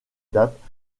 date